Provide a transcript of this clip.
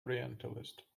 orientalist